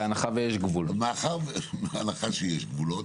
בהנחה שיש גבולות.